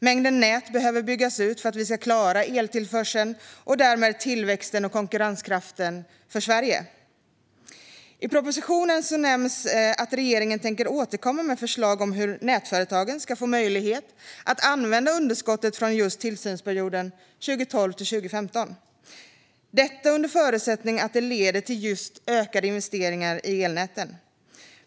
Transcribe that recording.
Mängden nät behöver byggas ut för att vi ska klara eltillförseln och därmed Sveriges tillväxt och konkurrenskraft. I propositionen nämns att regeringen tänker återkomma med förslag om hur nätföretagen ska få möjlighet att använda underskotten från just tillsynsperioden 2012-2015, detta under förutsättning att det leder till just ökade investeringar i elnäten.